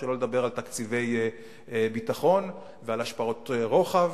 שלא לדבר על תקציבי ביטחון ועל השפעות רוחב